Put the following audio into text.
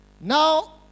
Now